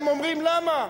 הם אומרים: למה?